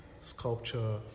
sculpture